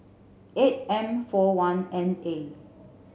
eight M four one N A